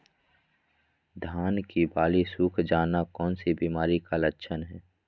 धान की बाली सुख जाना कौन सी बीमारी का लक्षण है?